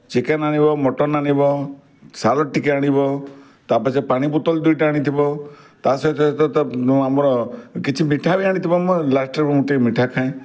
chicken ଆଣିବ mutton ଆଣିବ salad ଟିକେ ଆଣିବ ତାପଛେ ପାଣି ବଟଲ୍ ଦୁଇଟା ଆଣିଥିବ ତାସହିତ ଆମର୍ କିଛି ମିଠା ବି ଆଣିଥିବ ମୁଁ ଲାଷ୍ଟ୍ ରେ ଟିକେ ମିଠା ଖାଏ